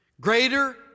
Greater